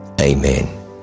amen